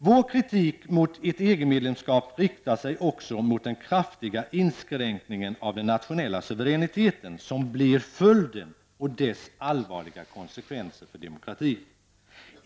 Vår kritik mot ett EG-medlemskap riktar sig också mot den kraftiga inskränkningen av den nationella suveräniteten, som blir följden, och dess allvarliga konsekvenser för demokratin.